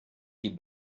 die